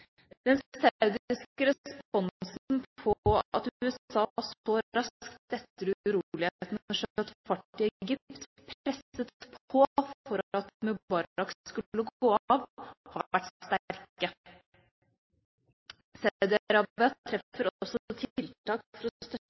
Den saudiske responsen på at USA så raskt etter at urolighetene skjøt fart i Egypt presset på for at Mubarak skulle gå av, har vært sterke. Saudi-Arabia treffer også tiltak for å støtte